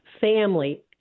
family